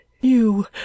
You